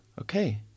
Okay